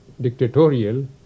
dictatorial